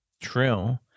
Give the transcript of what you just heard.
True